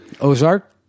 Ozark